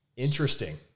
interesting